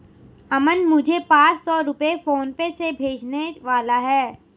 अमन मुझे पांच सौ रुपए फोनपे से भेजने वाला है